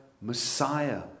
Messiah